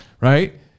Right